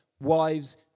wives